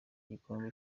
igikombe